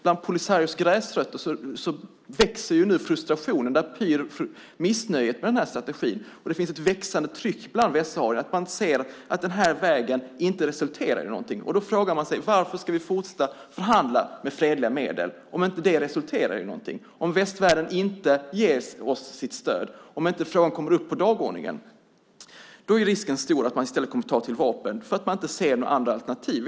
Bland Polisarios gräsrötter växer nu frustrationen och missnöjet med den här strategin pyr. Det finns ett växande tryck bland västsaharier därför att man ser att den här vägen inte resulterar i något. Då frågar de sig: Varför ska vi fortsätta att förhandla med fredliga medel om det inte resulterar i något? Om västvärlden inte ger dem sitt stöd och frågan inte kommer upp på dagordningen är risken stor att de i stället tar till vapen. De ser inte några andra alternativ.